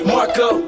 Marco